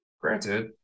Granted